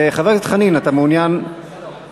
חבר הכנסת חנין, אתה מעוניין לענות?